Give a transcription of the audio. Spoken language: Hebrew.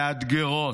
מאתגרות,